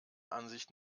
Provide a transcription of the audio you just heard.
ansicht